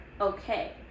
okay